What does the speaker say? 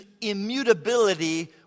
immutability